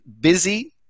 busy